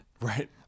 Right